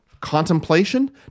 contemplation